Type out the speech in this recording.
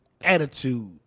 attitude